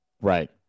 Right